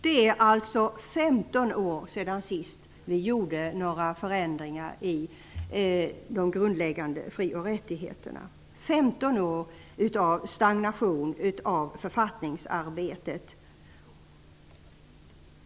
Det är alltså femton år sedan vi sist gjorde några förändringar i de grundläggande fri och rättigheterna; femton år av stagnation i författningsarbetet.